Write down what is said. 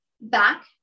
back